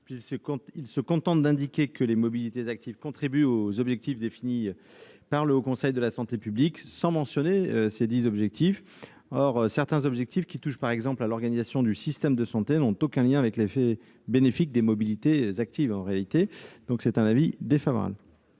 mes chers collègues, que les mobilités actives contribuent aux objectifs définis par le Haut Conseil de la santé publique, sans mentionner lesdits objectifs. Or certains de ces objectifs, qui touchent par exemple à l'organisation du système de santé, n'ont aucun lien avec les effets bénéfiques des mobilités actives. L'avis de la commission est défavorable.